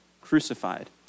crucified